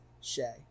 Shay